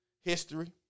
history